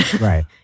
Right